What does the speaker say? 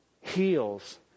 heals